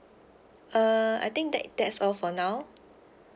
uh I think that that's all for now